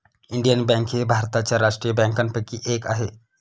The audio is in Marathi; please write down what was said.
इंडियन बँक ही भारताच्या राष्ट्रीय बँकांपैकी एक आहे